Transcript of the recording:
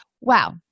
Wow